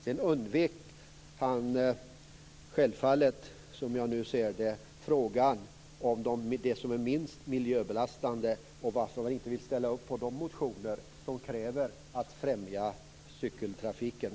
Sedan undvek han självfallet, som jag nu ser det, frågan om det som är minst miljöbelastande och varför man inte vill ställa upp på de motioner som kräver ett främjande av cykeltrafiken.